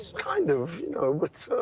kind of you know but